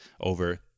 over